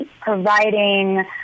providing